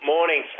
Morning